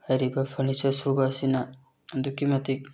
ꯍꯥꯏꯔꯤꯕ ꯐꯔꯅꯤꯆꯔ ꯁꯨꯕ ꯑꯁꯤꯅ ꯑꯗꯨꯛꯀꯤ ꯃꯇꯤꯛ